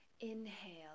Inhale